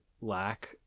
lack